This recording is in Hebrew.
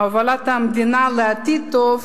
הובלת המדינה לעתיד טוב,